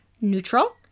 neutral